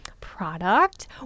product